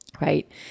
right